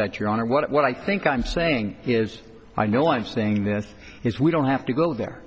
that your honor what i think i'm saying is i know i'm saying this is we don't have to go there